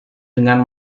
dengan